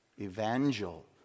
evangel